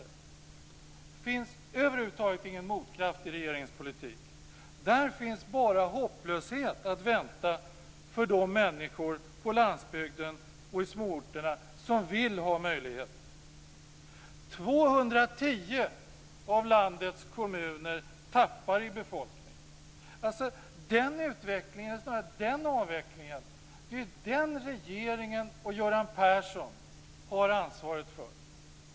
Det finns över huvud taget ingen motkraft i regeringens politik. Där finns bara hopplöshet att vänta för de människor på landsbygden och i småorterna som vill ha möjligheter. 210 av landets kommuner tappar i befolkningsantal. Den utvecklingen, eller snarare den avvecklingen, har regeringen och Göran Persson ansvaret för.